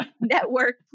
network